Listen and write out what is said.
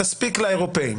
תספיק לאירופאים.